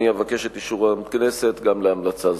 אני אבקש את אישור הכנסת גם להמלצה זו.